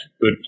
good